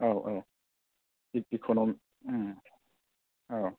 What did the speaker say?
औ औ इकनमि